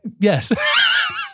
yes